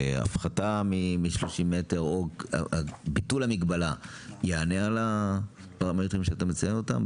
הפחתה מ-30 מטרים או ביטול המגבלה יענה על הפרמטרים שאתה מציין אותם?